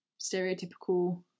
stereotypical